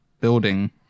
building